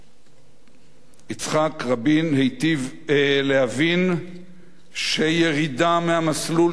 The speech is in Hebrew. יצחק רבין היטיב להבין שירידה מהמסלול של שתי מדינות לשני